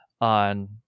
on